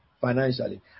financially